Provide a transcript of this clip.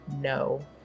no